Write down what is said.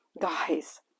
Guys